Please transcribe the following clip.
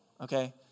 okay